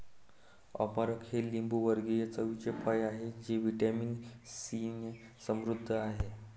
अमरख हे लिंबूवर्गीय चवीचे फळ आहे जे व्हिटॅमिन सीने समृद्ध आहे